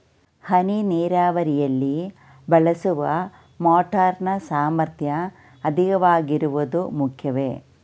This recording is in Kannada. ಹನಿ ನೀರಾವರಿಯಲ್ಲಿ ಬಳಸುವ ಮೋಟಾರ್ ನ ಸಾಮರ್ಥ್ಯ ಅಧಿಕವಾಗಿರುವುದು ಮುಖ್ಯವೇ?